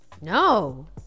No